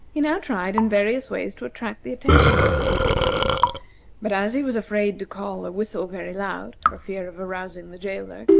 he now tried in various ways to attract the attention of the pigwidgeons but as he was afraid to call or whistle very loud, for fear of arousing the jailor,